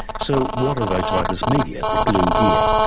so what of otitis media the glue ear?